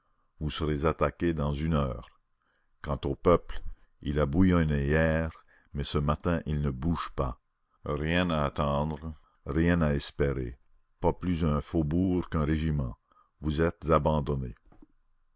vous serez attaqués dans une heure quant au peuple il a bouillonné hier mais ce matin il ne bouge pas rien à attendre rien à espérer pas plus un faubourg qu'un régiment vous êtes abandonnés